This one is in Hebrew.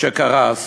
שקרס.